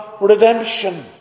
redemption